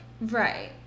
right